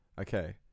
Okay